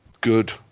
good